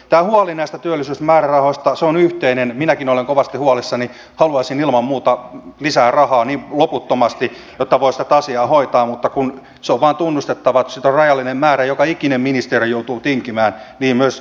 tämä huoli näistä työllisyysmäärärahoista on yhteinen minäkin olen kovasti huolissani ja haluaisin ilman muuta lisää rahaa loputtomasti jotta voisi tätä asiaa hoitaa mutta kun se on vain tunnustettava että sitä on rajallinen määrä ja joka ikinen ministeri joutuu tinkimään niin myös työministeri